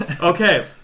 Okay